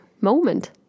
moment